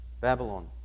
Babylon